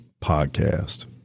podcast